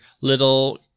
little